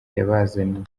yabazaniye